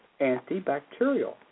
antibacterial